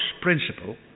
principle